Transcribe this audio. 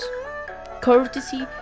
courtesy